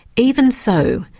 even so,